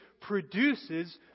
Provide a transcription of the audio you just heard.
produces